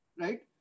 right